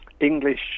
English